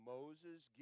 Moses